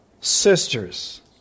sisters